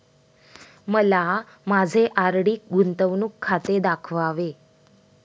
मला माझे आर.डी गुंतवणूक खाते दाखवावे